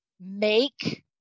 make